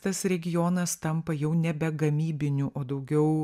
tas regionas tampa jau nebe gamybiniu o daugiau